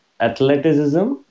athleticism